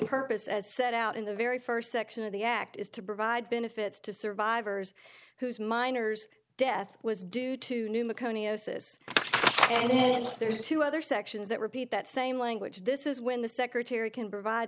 purpose as set out in the very first section of the act is to provide benefits to survivors whose minors death was due to new macone osis there's two other sections that repeat that same language this is when the secretary can provide